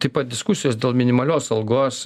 taip pat diskusijos dėl minimalios algos